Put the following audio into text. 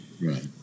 Right